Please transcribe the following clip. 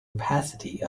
opacity